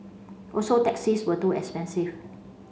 also taxis were too expensive